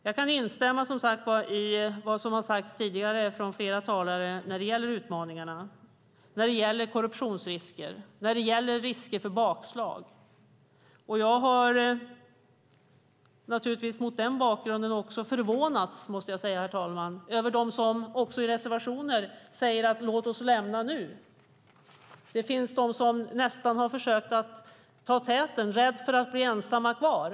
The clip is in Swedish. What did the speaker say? Jag kan instämma i vad som har sagts tidigare från flera talare när det gäller utmaningarna, korruptionsrisker och risker för bakslag. Jag har naturligtvis mot den bakgrunden förvånats, herr talman, över dem som i reservationer säger: Låt oss lämna nu! Det finns de som nästan har försökt att ta täten, rädda för att bli ensamma kvar.